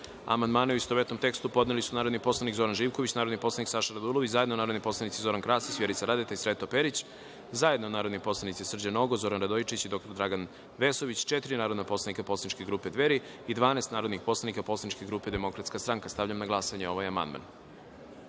amandmane, u istovetnom tekstu, podneli su narodni poslanik Zoran Živković, narodni poslanik Saša Radulović, zajedno narodni poslanici Zoran Krasić, Vjerica Radeta i Sreto Perić, zajedno narodni poslanici Srđan Nogo, Zoran Radojičić i dr Dragan Vesović, četiri narodna poslanika poslaničke grupe Dveri i 12 narodnih poslanika poslaničke grupe Demokratska stranka. Stavljam na glasanje ovaj